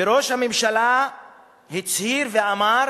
וראש הממשלה הצהיר ואמר